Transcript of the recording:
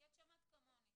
כי את שמעת כמוני